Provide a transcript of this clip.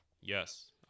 Yes